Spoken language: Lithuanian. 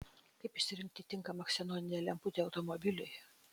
kaip išsirinkti tinkamą ksenoninę lemputę automobiliui